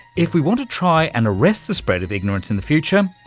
if we want to try and arrest the spread of ignorance in the future,